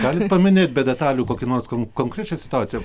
galit paminėt be detalių kokį nors konkrečią situaciją